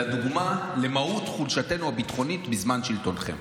אלא דוגמה למהות חולשתנו הביטחונית בזמן שלטונכם.